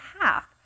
half